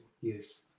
Yes